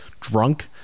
drunk